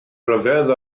ryfedd